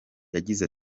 yagize